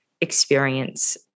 experience